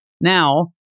Now